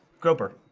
cooper